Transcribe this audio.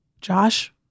Josh